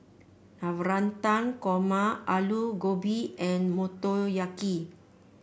Navratan Korma Alu Gobi and Motoyaki